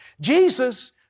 Jesus